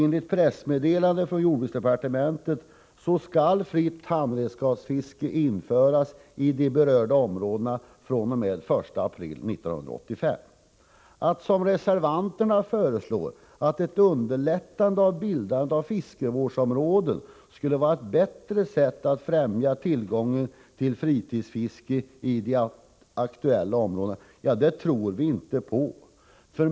Enligt ett pressmeddelande från jordbruksdepartementet skall fritt handredskapsfiske införas i de berörda områdena fr.o.m. den 1 april 1985. Att ett underlättande av bildande av fiskevårdsområden — vilket reservanterna föreslår — skulle vara ett bättre sätt att främja tillgången till fritidsfiske i de aktuella områdena tror vi inte på.